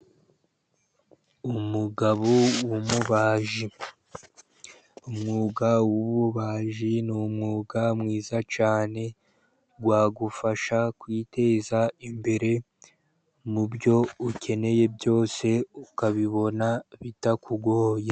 Umugabo w'umubaji, umwuga w'ububaji ni umwuga mwiza cyane wagufasha kwiteza imbere mu byo ukeneye byose ukabibona bitakugoye.